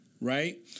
right